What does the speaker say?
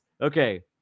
Okay